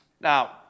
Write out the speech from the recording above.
Now